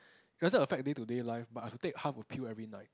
it doesn't affect day to day life but I have to take half a pill every night